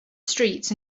streets